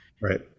Right